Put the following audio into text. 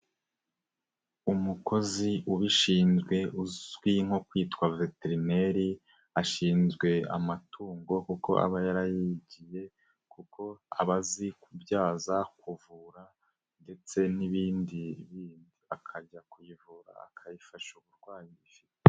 Umukozi ubishinzwe uzwi nko kwitwa veterineri ashinzwe amatungo kuko aba yarayigiye kuko aba azi kubyaza, kuvura ndetse n'ibindi bindi, akajya kuyivura akayifasha uburwayi ifite.